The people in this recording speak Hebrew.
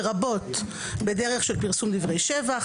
לרבות בדרך של פרסום דברי שבח,